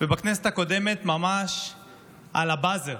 ובכנסת הקודמת ממש על הבאזר